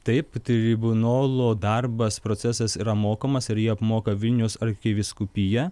taip tribunolo darbas procesas yra mokamas ir jį apmoka vilnius arkivyskupija